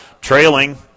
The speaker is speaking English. trailing